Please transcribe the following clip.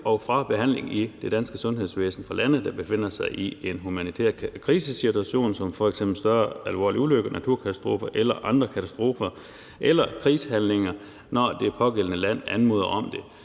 og fra behandling i det danske sundhedsvæsen fra lande, der befinder sig i en humanitær krisesituation på grund af f.eks. større alvorlige ulykker, naturkatastrofer eller andre katastrofer eller krigshandlinger, når det pågældende land anmoder om det.